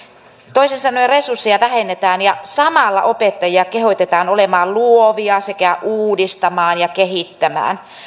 toisin sanoen resursseja vähennetään ja samalla opettajia kehotetaan olemaan luovia sekä uudistamaan ja kehittämään